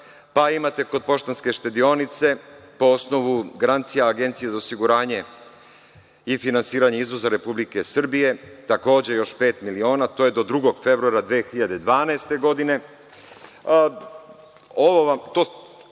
pa imate kod Poštanske štedionice po osnovu garancija Agencije za osiguranje i finansiranje izvoza Republike Srbije takođe još pet miliona, to je do 2. februara 2017. godine.